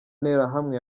nterahamwe